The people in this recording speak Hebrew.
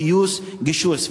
פיוס וגישור.